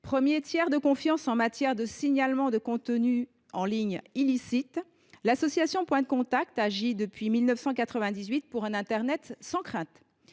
premier tiers de confiance en matière de signalement de contenus en ligne illicites, l’association Point de Contact agit, depuis 1998, pour un internet sans crainte.